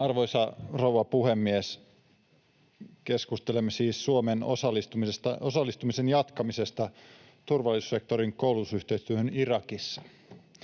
Arvoisa rouva puhemies! Keskustelemme siis Suomen osallistumisen jatkamisesta turvallisuussektorin koulutusyhteistyöhön Irakissa.